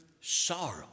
sorrow